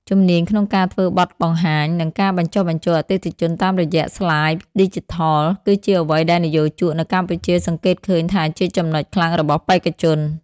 ជំនាញក្នុងការធ្វើបទបង្ហាញ និងការបញ្ចុះបញ្ចូលអតិថិជនតាមរយៈស្លាយឌីជីថល គឺជាអ្វីដែលនិយោជកនៅកម្ពុជាសង្កេតឃើញថាជាចំណុចខ្លាំងរបស់បេក្ខជន។